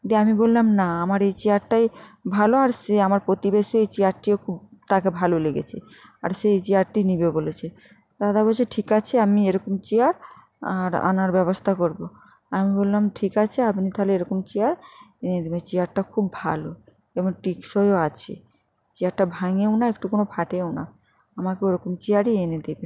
দিয়ে আমি বললাম না আমার এই চেয়ারটাই ভালো আর সে আমার প্রতিবেশী ওই চেয়ারটিও খুব তাকে ভালো লেগেছে আর সে এই চেয়ারটি নেবে বলেছে দাদা বলছে ঠিক আছে আমি এরকম চেয়ার আর আনার ব্যবস্থা করব আমি বললাম ঠিক আছে আপনি তাহলে এরকম চেয়ার এনে দেবেন চেয়ারটা খুব ভালো এবং টেকসইও আছে চেয়ারটা ভাঙেও না একটু কোনো ফাটেও না আমাকে ওরকম চেয়ারই এনে দেবে